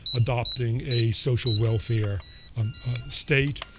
adopting a social welfare and state,